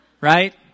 Right